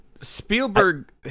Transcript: spielberg